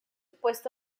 puesto